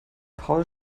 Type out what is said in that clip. paul